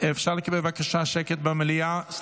המליאה רוצה לשמוע את השר.